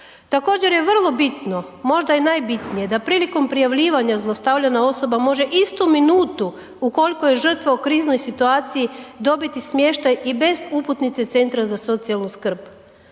Također je vrlo bitno, možda i najbitnije da prilikom prijavljivanja zlostavljana osoba može istu minutu ukoliko je žrtva u kriznoj situaciji dobiti smještaj i bez uputnice centra za socijalnu skrb.